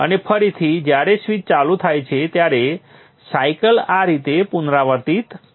અને ફરીથી જ્યારે સ્વીચ ચાલુ થાય ત્યારે સાયકલ આ રીતે પુનરાવર્તિત થાય છે